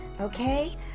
okay